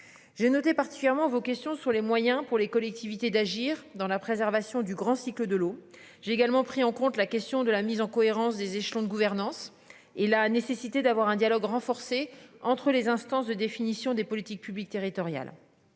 J'ai noté particulièrement vos questions sur les moyens pour les collectivités d'agir dans la préservation du grand cycle de l'eau. J'ai également pris en compte la question de la mise en cohérence des échelons de gouvernance et la nécessité d'avoir un dialogue renforcé entre les instances de définition des politiques publiques territoriales.